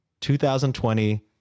2020